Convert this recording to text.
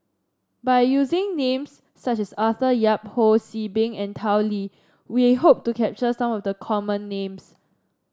by using names such as Arthur Yap Ho See Beng and Tao Li we hope to capture some of the common names